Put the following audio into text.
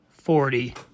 forty